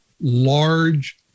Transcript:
large